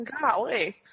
Golly